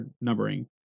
numbering